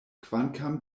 kvankam